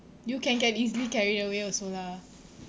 you can get easily carried away also lah